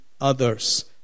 others